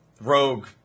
rogue